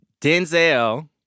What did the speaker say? Denzel